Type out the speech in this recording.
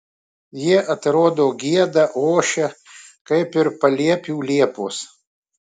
jie atrodo gieda ošia kaip ir paliepių liepos